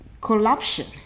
corruption